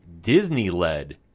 Disney-led